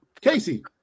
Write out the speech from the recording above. Casey